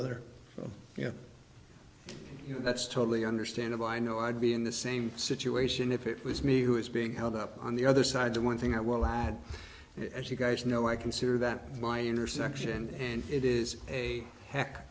other you know that's totally understandable i know i'd be in the same situation if it was me who is being held up on the other side the one thing i want to hide as you guys know i consider that my intersection and it is a heck